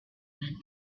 went